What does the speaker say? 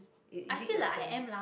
it is it your turn